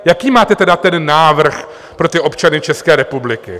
Jaký máte tedy ten návrh pro občany České republiky?